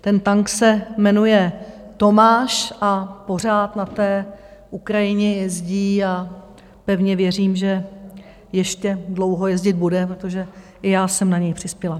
Ten tank se jmenuje Tomáš a pořád na Ukrajině jezdí a pevně věřím, že ještě dlouho jezdit bude, protože i já jsem na něj přispěla.